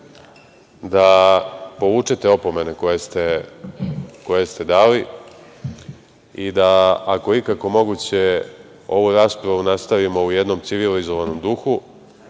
da povučete opomene koje ste dali i da, ako je ikako moguće, ovu raspravu nastavimo u jednom civilizovanom duhu,